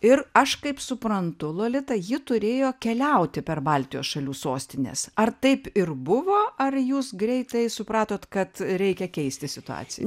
ir aš kaip suprantu lolita ji turėjo keliauti per baltijos šalių sostines ar taip ir buvo ar jūs greitai supratot kad reikia keisti situaciją